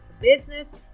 business